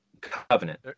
covenant